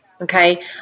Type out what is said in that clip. Okay